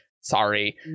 sorry